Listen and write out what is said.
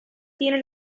tiene